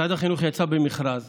משרד החינוך יצא במכרז